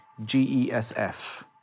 GESF